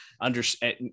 understand